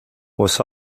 was